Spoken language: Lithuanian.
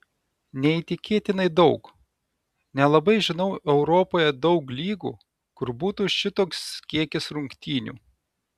neįtikėtinai daug nelabai žinau europoje daug lygų kur būtų šitoks kiekis rungtynių